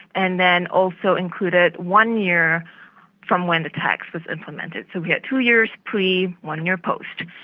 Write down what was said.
and then also included one year from when the tax was implemented. so we had two years pre, one year post.